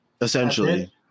Essentially